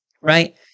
right